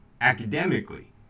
academically